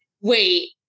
Wait